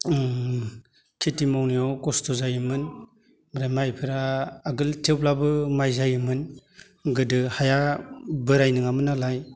खेथि मावनायाव खस्थ' जायोमोन ओमफ्राय माइफोरा आगोल थेवब्लाबो माइ जायोमोन गोदो हाया बोराइ नङामोन नालाय